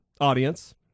audience